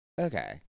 okay